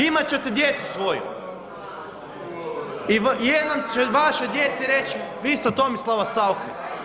Imat ćete djecu svoju i jedan će vašoj djeci reći vi ste od Tomislava Sauche.